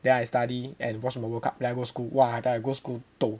then I study and watch the world cup then I go school !wah! then I go school toh